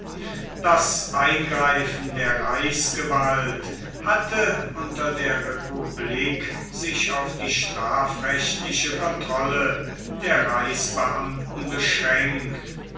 das eingreifen der reichsgewalt hatte unter der republik sich auf die strafrechtliche kontrolle der reichsbeamten beschränkt